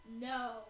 No